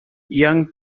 young